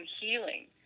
healing